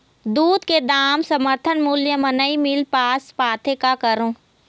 दूध के दाम समर्थन मूल्य म नई मील पास पाथे, का करों?